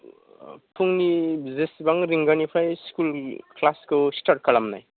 फुंनि बिसिबां रिंगानिफ्राय स्कुल क्लासखौ स्थार्थ खालामनाय